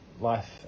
life